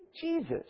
Jesus